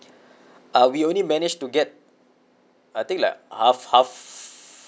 uh we only managed to get I think like half half